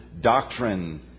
doctrine